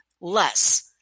less